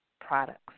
products